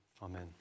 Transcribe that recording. Amen